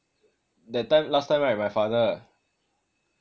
that time last time right my father